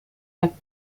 der